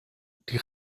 die